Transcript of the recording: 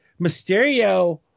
Mysterio